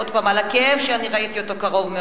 עוד פעם, הכאב שראיתי אותו מאוד קרוב.